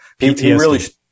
PTSD